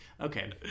Okay